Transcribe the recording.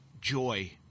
joy